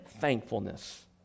thankfulness